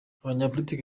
abanyapolitiki